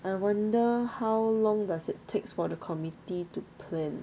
I wonder how long does it takes for the committee to plan